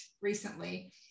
recently